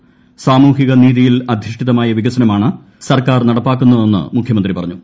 ് സാമൂഹികനീതിയിൽ അധിഷ്ഠിതമായ വികസന്മാണ് സർക്കാർ നടപ്പാക്കുന്നതെന്ന് മുഖ്യമന്ത്രി പറഞ്ഞു